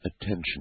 attention